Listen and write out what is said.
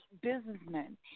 businessmen